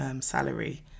salary